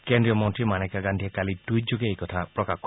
কেন্দ্ৰীয় মন্ত্ৰী মানেকা গান্ধীয়ে কালি টুইটযোগে এই কথা প্ৰকাশ কৰে